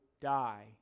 die